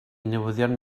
newyddion